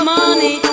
money